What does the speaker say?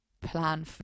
plan